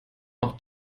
auch